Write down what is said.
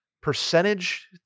Percentage